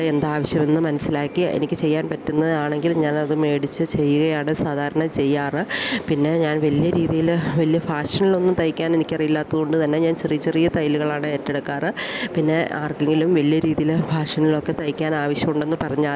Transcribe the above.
എന്ത് ആവശ്യമെന്ന് മനസിലാക്കി എനിക്ക് ചെയ്യാൻ പറ്റുന്നത് ആണെങ്കിൽ ഞാൻ ആത് മേടിച്ചു ചെയ്യുകയാണ് സാധാരണ ചെയ്യാറ് പിന്നെ ഞാൻ വലിയ രീതിയിൽ വലിയ ഫാഷൻലൊന്നും തയ്യ്ക്കാൻ എനിക്ക് അറിയില്ലാത്തോണ്ട് തന്നെ ഞാൻ ചെറിയ ചെറിയ തയ്യലുകളാണ് ഏറ്റെടുക്കാറ് പിന്നെ ആർക്കെങ്കിലും വലിയ രീതിയിൽ ഫാഷനിലൊക്കെ തയ്ക്കാൻ ആവശ്യമുണ്ടെന്നു പറഞ്ഞാൽ